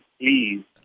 please